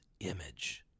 image